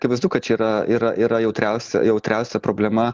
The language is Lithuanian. akivaizdu kad čia yra yra yra jautriausia jautriausia problema